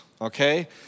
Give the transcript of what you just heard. Okay